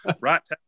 right –